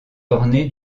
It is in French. ornées